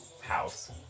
House